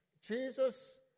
Jesus